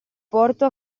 porto